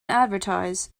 advertise